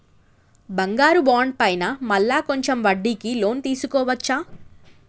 బంగారు బాండు పైన మళ్ళా కొంచెం వడ్డీకి లోన్ తీసుకోవచ్చా?